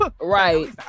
right